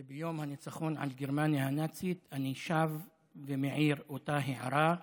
וביום הניצחון על גרמניה הנאצית אני שב ומעיר את אותה הערה: